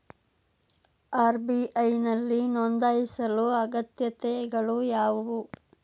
RBI ನಲ್ಲಿ ನೊಂದಾಯಿಸಲು ಅಗತ್ಯತೆಗಳು ಯಾವುವು?